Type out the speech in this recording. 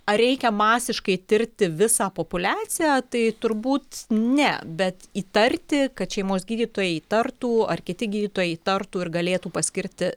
ar reikia masiškai tirti visą populiaciją tai turbūt ne bet įtarti kad šeimos gydytojai įtartų ar kiti gydytojai įtartų ir galėtų paskirti